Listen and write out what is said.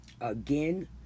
again